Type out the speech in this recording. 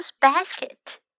basket